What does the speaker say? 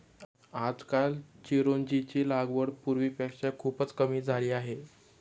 आजकाल चिरोंजीची लागवड पूर्वीपेक्षा खूपच कमी झाली आहे